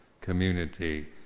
community